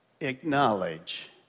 acknowledge